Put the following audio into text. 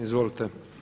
Izvolite.